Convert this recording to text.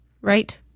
right